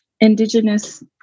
Indigenous